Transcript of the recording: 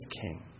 king